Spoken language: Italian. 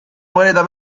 moneta